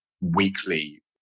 weekly